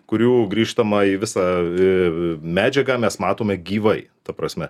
kurių grįžtamąjį visą medžiagą mes matome gyvai ta prasme